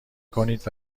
کنید